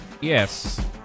Yes